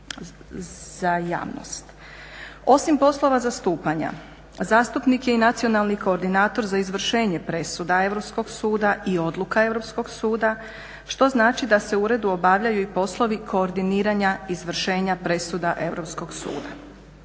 za javnost. Osim poslova zastupanja, zastupnik je i nacionalni koordinator za izvršenje presuda Europskog suda i odluka Europskog suda što znači da se u uredu obavljaju i poslovi koordiniranja izvršenja presuda Europskog suda.